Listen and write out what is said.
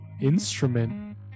instrument